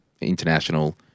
international